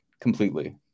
completely